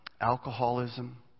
Alcoholism